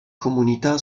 comunità